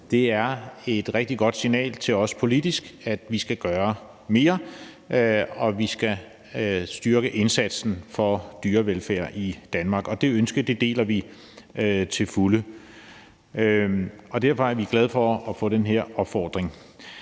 Det er et rigtig godt signal til os politisk om, at vi skal gøre mere, og at vi skal styrke indsatsen for dyrevelfærd i Danmark. Det ønske deler vi til fulde, og derfor er vi glade for at få den her opfordring.